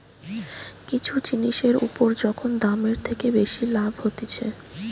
কিছু জিনিসের উপর যখন দামের থেকে বেশি লাভ হতিছে